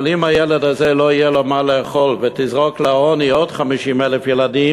אבל אם לילד הזה לא יהיה מה לאכול ותזרוק לעוני עוד 50,000 ילדים,